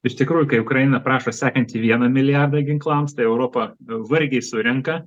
iš tikrųjų kai ukraina prašo sekantį vieną milijardą ginklams tai europa vargiai surenka